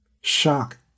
Shock